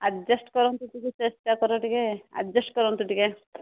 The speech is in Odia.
ଆଡଜେଷ୍ଟ କରନ୍ତୁ ଟିକେ ଚେଷ୍ଟା କର ଟିକେ ଆଡଜେଷ୍ଟ କରନ୍ତୁ ଟିକେ